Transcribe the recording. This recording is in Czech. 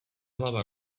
hlava